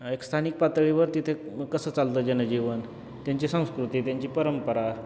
एक स्थानिक पातळीवर तिथे कसं चालतं जनजीवन त्यांची संस्कृती त्यांची परंपरा